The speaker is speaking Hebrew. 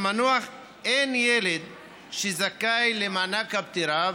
למנוח אין ילד שזכאי למענק הפטירה.